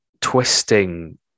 twisting